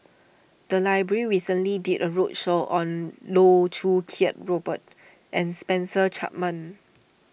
the library recently did a roadshow on Loh Choo Kiat Robert and Spencer Chapman